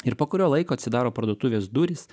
ir po kurio laiko atsidaro parduotuvės durys